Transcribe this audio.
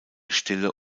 stille